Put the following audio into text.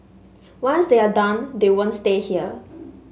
once they are done they won't stay here